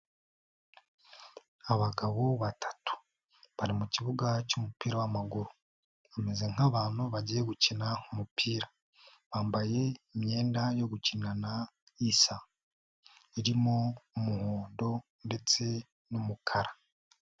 Abagabo batatu, bari mu kibuga cy'umupira wa'maguru, bamezeze nk'abantu bagiye gukina umupira. Bambaye imyenda yo gukinana isa. Irimo umuhondo ndetse n'umukara.